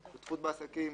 שותפות בעסקים,